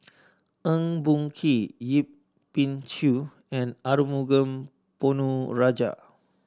Eng Boh Kee Yip Pin Xiu and Arumugam Ponnu Rajah